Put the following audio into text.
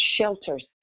shelters